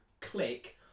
Click